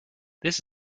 this